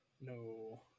No